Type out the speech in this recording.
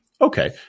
Okay